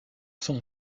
son